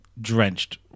drenched